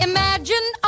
Imagine